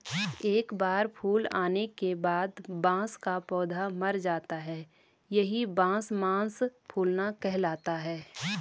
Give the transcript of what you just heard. एक बार फूल आने के बाद बांस का पौधा मर जाता है यही बांस मांस फूलना कहलाता है